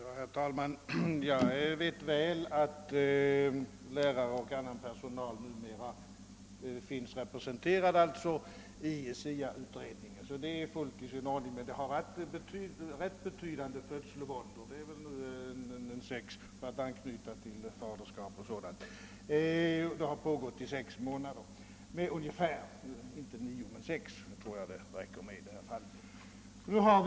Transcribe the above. Herr talman! Jag vet väl att lärare och annan personal nu finns representerade i SIA-utredningen. Det är fullt i sin ordning. Men det har varit ganska betydande födslovåndor — för att här anknyta till vad som tidigare sagts om faderskap. Det arbetet har nu pågått i sex månader — alltså inte nio som i fråga om tillkomsten av vanliga barn.